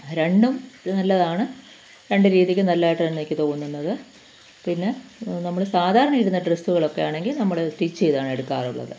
രണ്ടും നല്ലതാണ് രണ്ട് രീതിക്കും നല്ലതായിട്ട് തന്നെ എനിക്ക് തോന്നുന്നത് പിന്നെ നമ്മൾ സാധാരണ ഇടുന്ന ഡ്രസ്സുകളൊക്കെ ആണെങ്കിൽ നമ്മൾ സ്റ്റിച്ച് ചെയ്താണ് എടുക്കാറുള്ളത്